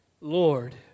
Lord